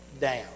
down